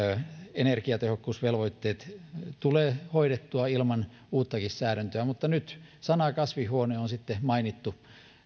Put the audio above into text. energiatehokkuusvelvoitteet tulee hoidettua ilman uuttakin säädäntöä mutta nyt sana kasvihuone on sitten mainittu